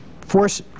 Force